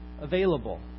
available